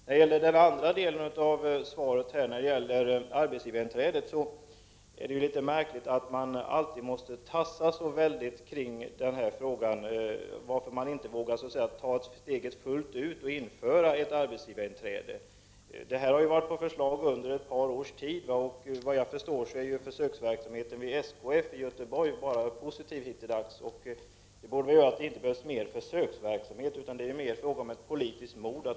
När det gäller arbetsgivarinträdet vill jag säga att det är litet märkligt att man alltid måste tassa runt den här frågan — varför vågar man inte ta steget fullt ut och införa ett arbetsgivarinträde? Det har ju varit på förslag under ett par års tid. Såvitt jag förstår har försöksverksamheten vid SKF i Göteborg bara givit positiva erfarenheter hittilldags. Därför borde det inte behövas mer försöksverksamhet. Det är mer en fråga om politiskt mod.